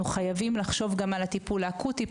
חייבים לחשוב גם על הטיפול האקוטי.